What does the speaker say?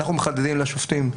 אנחנו מחדדים לשופטים,